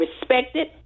respected